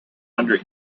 under